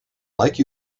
like